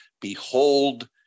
behold